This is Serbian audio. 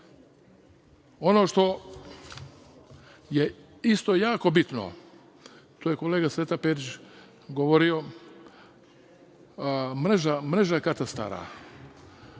što je isto jako bitno, to je kolega Sreto Perić govorio, mreža katastara,